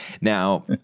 Now